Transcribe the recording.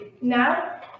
now